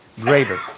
greater